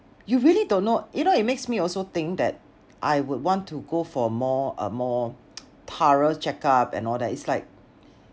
you really don't know you know it makes me also think that I would want to go for more a more thorough check-up and all that it's like